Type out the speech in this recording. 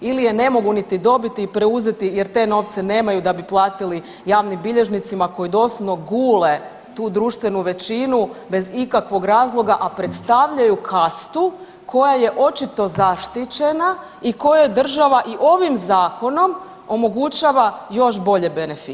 Ili je ne mogu niti dobiti i preuzeti jer te novce nemaju da bi platili javnim bilježnicima koji doslovno gule tu društvenu većinu bez ikakvog razloga a predstavljaju kastu koja je očito zaštićena i kojoj država i ovim zakonom omogućava još bolje beneficije.